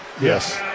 Yes